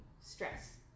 stress